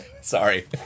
Sorry